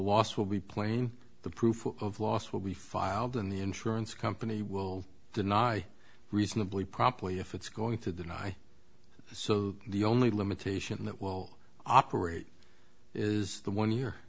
last will be plain the proof of loss will be filed in the insurance company will deny reasonably promptly if it's going to deny so the only limitation that will operate is the one year